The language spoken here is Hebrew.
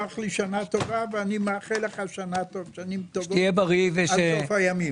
אני מאחל לך שנים טובות עד סוף הימים.